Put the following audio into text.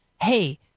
Hey